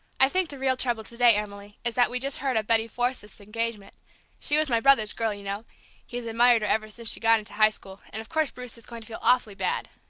i think the real trouble to-day, emily, is that we just heard of betty forsythe's engagement she was my brother's girl, you know he's admired her ever since she got into high school, and of course bruce is going to feel awfully bad.